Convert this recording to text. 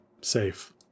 safe